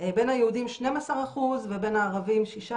בין היהודים 12% ובין הערבים 16%,